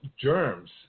germs